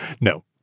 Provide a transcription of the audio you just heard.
No